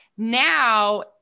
Now